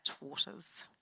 waters